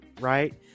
right